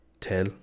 tell